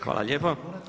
Hvala lijepo.